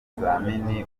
bizamini